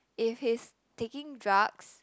if he's taking drugs